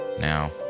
now